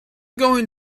going